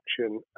action